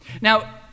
Now